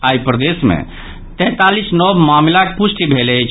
आई प्रदेश मे तैंतालीस नव मामिलाक पुष्टि भेल अछि